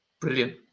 Brilliant